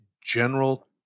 general